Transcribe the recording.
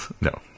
No